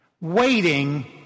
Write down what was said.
Waiting